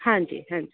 ਹਾਂਜੀ ਹਾਂਜੀ